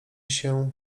się